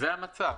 זה המצב.